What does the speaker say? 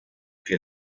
que